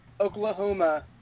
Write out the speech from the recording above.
Oklahoma